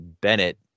Bennett